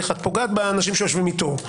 את פוגעת באנשים שיושבים איתו.